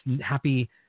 happy